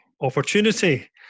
opportunity